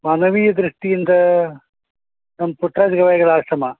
ಮಾನವೀಯ ದೃಷ್ಟಿಯಿಂದ ನಮ್ಮ ಪುಟ್ರಾಜ ಗವಾಯಿಗಳ ಆಶ್ರಮ